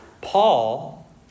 Paul